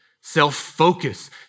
self-focus